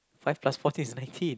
five plus fourteen is nineteen